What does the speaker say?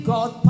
God